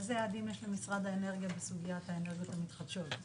אילו יעדים יש למשרד האנרגיה בסוגיית האנרגיות המתחדשות?